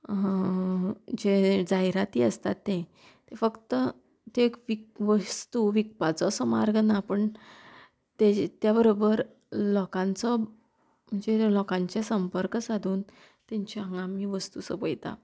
जे जायराती आसतात तें ते फक्त ते एक विक वस्तू विकपाचो असो मार्ग ना पूण तेज त्या बरोबर लोकांचो म्हणजे लोकांचे संपर्क सादून तेंचे हांगा आमी वस्तू सोंपयता